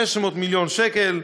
500 מיליון שקל,